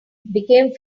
became